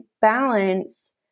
balance